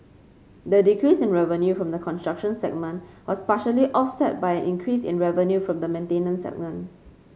the decrease in revenue from the construction segment was partially offset by an increase in revenue from the maintenance segment